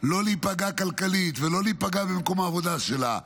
לא להיפגע כלכלית ולא להיפגע במקום העבודה שלה,